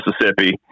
Mississippi